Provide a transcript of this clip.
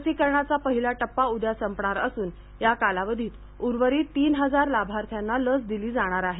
लसिकरणाचा पहिला टप्पा उद्या संपणार असून या कालावधीत उर्वरित तीन हजार लाभार्थ्यांना लस दिली जाणार आहे